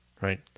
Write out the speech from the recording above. right